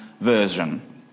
Version